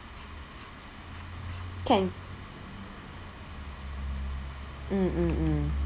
can mm mm mm